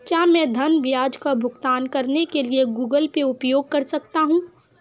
क्या मैं ऋण ब्याज का भुगतान करने के लिए गूगल पे उपयोग कर सकता हूं?